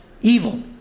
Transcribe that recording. evil